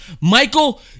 Michael